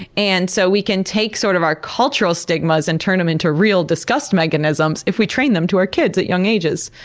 and so we can take sort of our cultural stigmas and turn them into real disgust mechanisms if we train them to our kids at young ages.